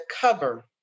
cover